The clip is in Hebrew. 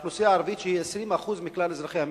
האוכלוסייה הערבית היא 20% מכלל אזרחי המדינה.